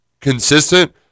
consistent